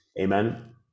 Amen